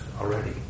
already